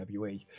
wwe